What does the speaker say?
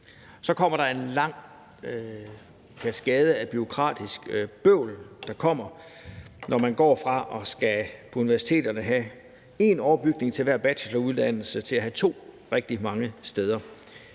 Så er der en lang kaskade af bureaukratisk bøvl, der kommer, når man på universiteterne går fra at skulle have én overbygning til hver bacheloruddannelse til at skulle have to rigtig mange steder.